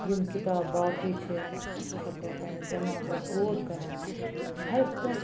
یِم کِتاب باقٕے چھِ اَسہِ ہَسا پَزِ پنٛنِس دٮ۪ماغس غور کَرُن ہر کانٛہہ